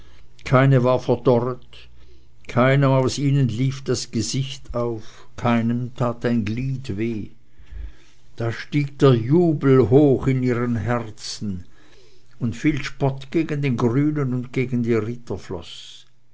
keine war verdorret keinem aus ihnen lief das gesicht auf keinem tat ein glied weh da stieg der jubel hoch in ihren herzen und viel spott gegen den grünen und gegen die ritter floß